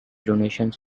donations